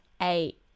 eight